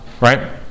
Right